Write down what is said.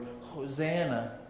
Hosanna